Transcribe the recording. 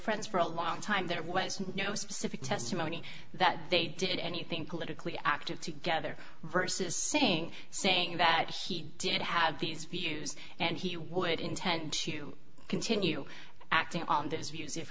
friends for a long time there was no specific testimony that they did anything politically active together versus saying saying that he did have these views and he would intend to continue acting on